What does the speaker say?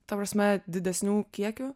ta prasme didesnių kiekių